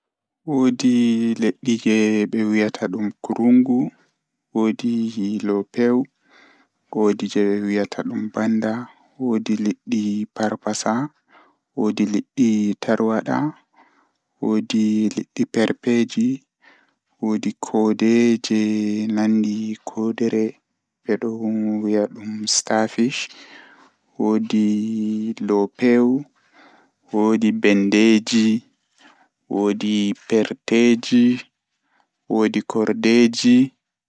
Woodi liddi jei be wiyata dum kurungu, woodi loopewu, woodi jei be wiyata dum banda woodi liddi parpasa, woodi tarwada, woodi perteeji, woodi koode jei be wiyata dum starfish, woodi loopewu, bendeeji, woodi perteeji, woodi kordeeji.